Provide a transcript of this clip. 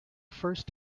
first